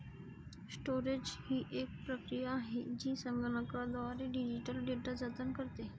storage ही एक प्रक्रिया आहे जी संगणकीयद्वारे डिजिटल डेटा जतन करते